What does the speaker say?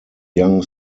young